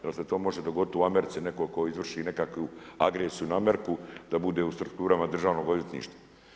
Da li se to može dogoditi u Americi netko tko izvrši nekakvu agresiju na Ameriku da bude u strukturama državnog odvjetništva?